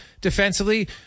defensively